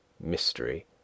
Mystery